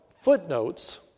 footnotes